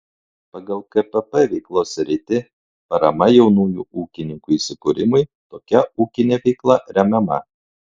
pagal kpp veiklos sritį parama jaunųjų ūkininkų įsikūrimui tokia ūkinė veikla remiama